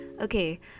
okay